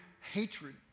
hatred